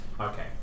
Okay